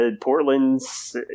Portland's